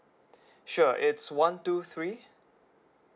sure it's one two three